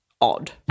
odd